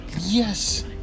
Yes